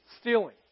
Stealing